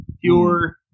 pure